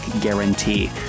guarantee